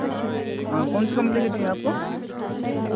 कौन सी कंपनी के चाहिए आपको